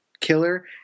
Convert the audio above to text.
killer